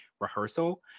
rehearsal